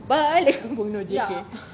balik kampung no J_K